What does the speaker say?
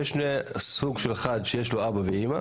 יש סוג אחד שיש לו אבא ואמא